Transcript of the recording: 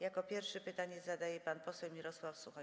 Jako pierwszy pytanie zadaje pan poseł Mirosław Suchoń.